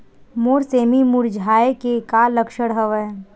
मोर सेमी मुरझाये के का लक्षण हवय?